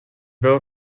bill